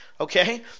okay